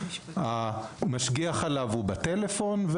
המשגיח עליו בטלפון,